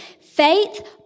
Faith